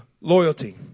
loyalty